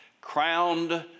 crowned